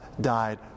died